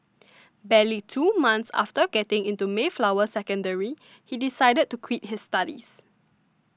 barely two months after getting into Mayflower Secondary he decided to quit his studies